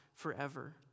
forever